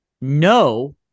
No